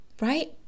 Right